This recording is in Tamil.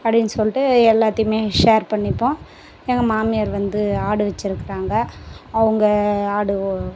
அப்படின்னு சொல்லிட்டு எல்லாத்தையுமே ஷேர் பண்ணிப்போம் எங்கள் மாமியார் வந்து ஆடு வச்சிருக்கறாங்க அவங்க ஆடு